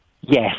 Yes